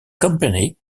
company